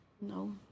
No